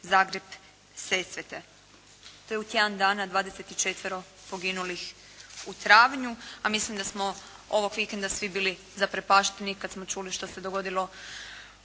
Zagreb, Sesvete. To je u tjedan dana 24 poginulih u travnju, a mislim da smo ovog vikenda svi bili zaprepašteni kad smo čuli što se dogodilo